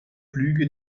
flüge